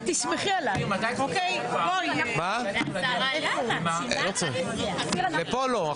(הישיבה נפסקה בשעה 10:19 ונתחדשה